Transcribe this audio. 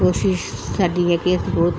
ਕੋਸਿਸ਼ ਸਾਡੀ ਹੈ ਕਿ ਅਸੀਂ ਬਹੁਤ